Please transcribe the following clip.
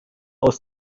aus